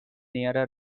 nearer